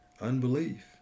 unbelief